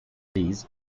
please